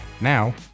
Now